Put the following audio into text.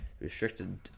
restricted